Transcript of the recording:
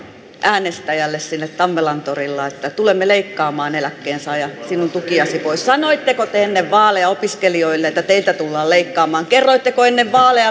äänestäjälle siellä tammelan torilla että tulemme leikkaamaan eläkkeensaaja sinun tukiasi pois sanoitteko te ennen vaaleja opiskelijoille että teiltä tullaan leikkaamaan kerroitteko ennen vaaleja